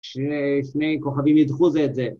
שני כוכבים ידחו זה את זה.